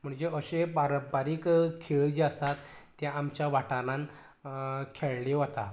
म्हणजे अशे पारंपारिक खेळ जे आसात तें आमच्या वाठारांत खेळ्ळे वतात